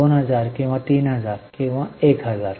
2000 किंवा 3000 किंवा 1000